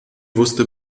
wusste